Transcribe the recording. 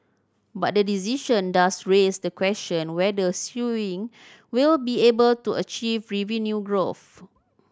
but the decision does raise the question whether Sewing will be able to achieve revenue growth